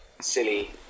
silly